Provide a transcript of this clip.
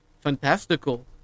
fantastical